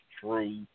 true